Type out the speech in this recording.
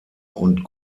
und